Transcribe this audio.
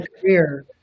career